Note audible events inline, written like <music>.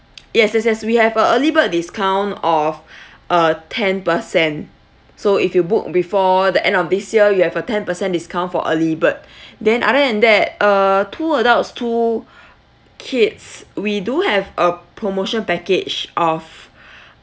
<noise> yes yes yes we have a early bird discount of uh ten percent so if you book before the end of this year you have a ten percent discount for early bird <breath> then other than that uh two adults two kids we do have a promotion package of